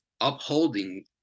upholding